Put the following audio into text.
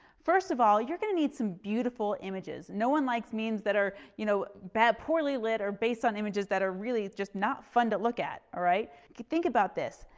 first of all, you're gonna need some beautiful images. no one likes means that are you know, bad poorly lit or based on images that are really just not fun to look at, alright? you could think about this.